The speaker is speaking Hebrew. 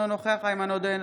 אינו נוכח איימן עודה,